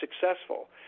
successful